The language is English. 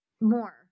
More